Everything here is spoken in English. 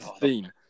theme